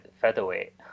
featherweight